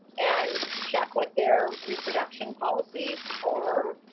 and check what their reproduction policies are.